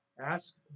Ask